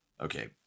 Okay